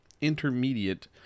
intermediate